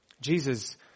Jesus